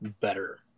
better